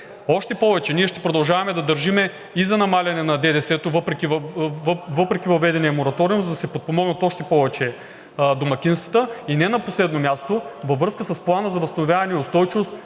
Още повече, ние ще продължаваме да държим и за намаляване на ДДС въпреки въведения мораториум, за да се подпомогнат още повече домакинствата. Не на последно място, във връзка с Плана за възстановяване и устойчивост